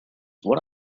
what